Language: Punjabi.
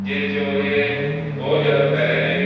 ਜਿਸ 'ਚ ਉਹਦੇ ਬਹੁਤ ਜ਼ਿਆਦਾ ਫਾਇਦੇ ਨੇ